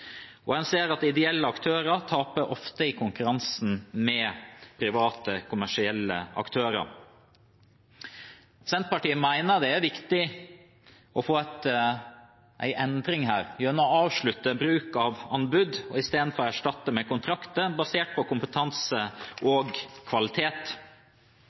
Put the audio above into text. og en ser at ideelle aktører ofte taper i konkurransen med private kommersielle aktører. Senterpartiet mener det er viktig å få en endring gjennom å avslutte bruk av anbud og erstatte det med kontrakter basert på kompetanse og kvalitet.